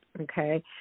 okay